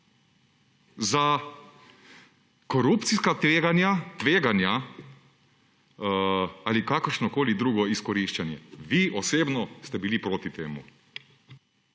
za korupcijska tveganja ali kakršnokoli drugo okoriščanje. Vi osebno ste bili proti temu.